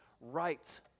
right